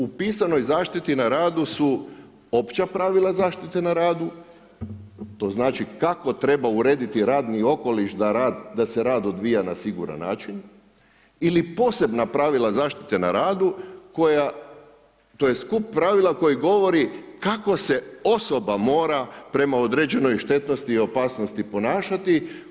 U pisanoj zaštiti na radu su opća pravila zaštite na radu, to znači kako treba urediti radni okoliš da se rad odvija na siguran način ili posebna pravila zaštite na radu koja to je skup pravila koji govori kako se osoba mora prema određenoj štetnosti i opasnosti ponašati.